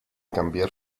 cambiar